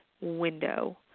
window